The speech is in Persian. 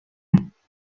ندید